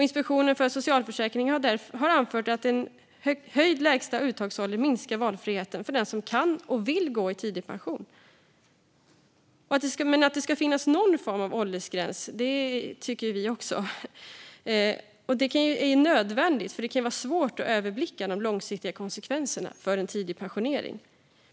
Inspektionen för socialförsäkring har anfört att en höjd lägsta uttagsålder minskar valfriheten för den som kan och vill gå i tidig pension. Att det ska finnas någon form av åldersgräns tycker vi också. Det är nödvändigt, för det kan vara svårt att överblicka de långsiktiga konsekvenserna av en tidig pensionering.